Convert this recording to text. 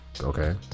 Okay